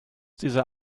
dieser